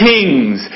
Kings